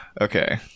Okay